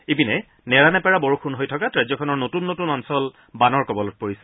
ইপিনে নেৰানেপেৰা বৰষুণ হৈ থকাত ৰাজ্যখনৰ নতুন অঞ্চল বানৰ কবলত পৰিছে